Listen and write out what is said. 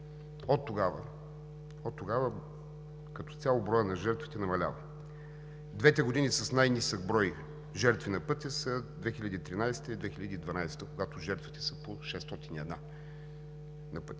Оттогава като цяло броят на жертвите намалява. Двете години с най-нисък брой жертви на пътя са 2013-а и 2012-а, когато жертвите на пътя